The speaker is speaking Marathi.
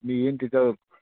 मी येईन तिथं